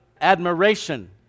admiration